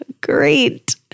great